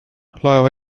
laeva